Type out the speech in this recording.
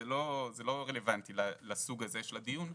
זה לא רלוונטי לסוג הזה של הדיון.